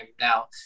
now